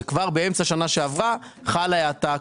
וכבר באמצע השנה שעברה חלה האטה,